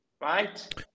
right